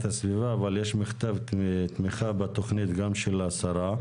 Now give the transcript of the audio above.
הסביבה אבל יש מכתב תמיכה בתכנית גם השרה,